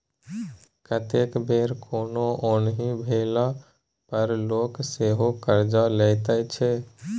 कतेक बेर कोनो अनहोनी भेला पर लोक सेहो करजा लैत छै